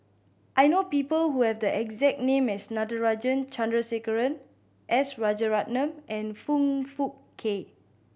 I know people who have the exact name as Natarajan Chandrasekaran S Rajaratnam and Foong Fook Kay